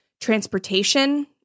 transportation